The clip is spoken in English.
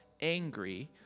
angry